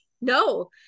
No